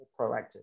proactive